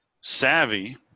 savvy